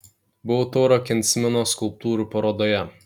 buvau tauro kensmino skulptūrų parodoje